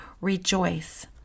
rejoice